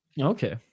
Okay